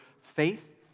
faith